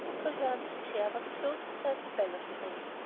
treherne's chair was close beside the balustrade.